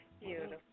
beautiful